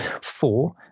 four